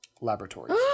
laboratories